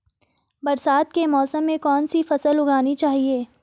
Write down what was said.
बरसात के मौसम में कौन सी फसल उगानी चाहिए?